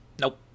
Nope